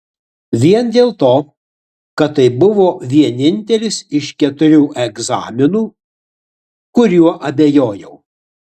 vien dėl to kad tai buvo vienintelis iš keturių egzaminų kuriuo abejojau